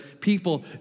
people